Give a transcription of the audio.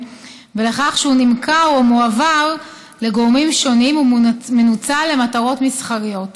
ולכך שהוא נמכר או מועבר לגורמים שונים או מנוצל למטרות מסחריות.